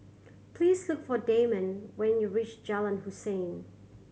please look for Dameon when you reach Jalan Hussein